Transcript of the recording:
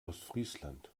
ostfriesland